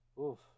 oof